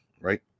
right